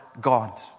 God